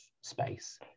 space